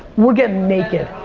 we're getting naked.